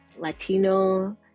Latino